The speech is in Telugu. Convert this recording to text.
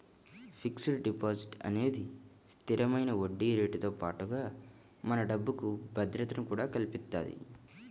ఫిక్స్డ్ డిపాజిట్ అనేది స్థిరమైన వడ్డీరేటుతో పాటుగా మన డబ్బుకి భద్రతను కూడా కల్పిత్తది